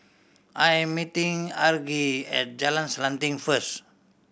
I am meeting Argie at Jalan Selanting first